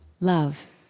love